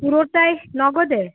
পুরোটাই নগদে